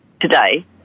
today